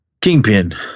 Kingpin